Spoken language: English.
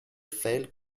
failed